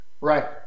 Right